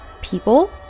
People